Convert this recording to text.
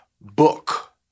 book